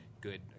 good